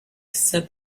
said